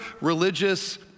religious